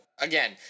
again